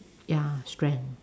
ya strength